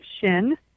Shin